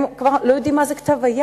הם כבר לא יודעים מה זה כתב-יד,